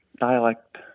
dialect